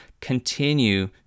continue